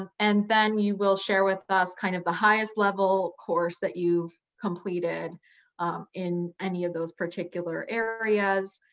and then you will share with us kind of the highest level course that you've completed in any of those particular areas.